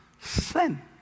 sin